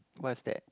what is that